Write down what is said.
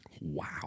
wow